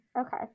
Okay